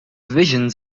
visions